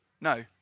No